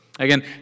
Again